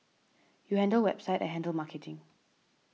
you handle website I handle marketing